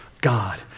God